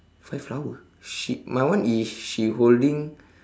five flower she mine one is she holding